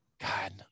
God